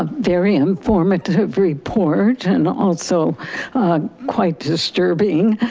ah very informative report and also quite disturbing.